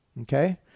Okay